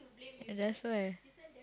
that's why